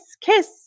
kiss